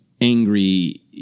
angry